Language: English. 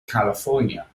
california